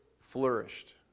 flourished